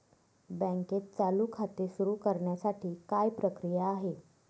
बँकेत चालू खाते सुरु करण्यासाठी काय प्रक्रिया आहे?